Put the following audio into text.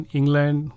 England